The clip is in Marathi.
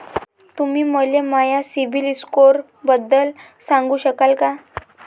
तुम्ही मले माया सीबील स्कोअरबद्दल सांगू शकाल का?